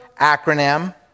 acronym